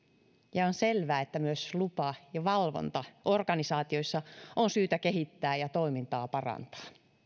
ja on selvää että myös lupa ja valvontaorganisaatioissa on syytä kehittää ja parantaa toimintaa